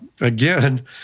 again